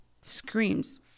screams